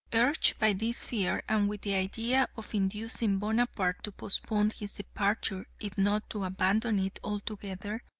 urged by this fear and with the idea of inducing bonaparte to postpone his departure if not to abandon it altogether,